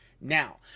now